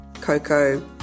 cocoa